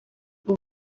ubu